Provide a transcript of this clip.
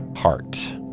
heart